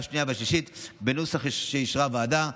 השנייה ובקריאה השלישית בנוסח שאישרה הוועדה.